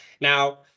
Now